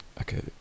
Okay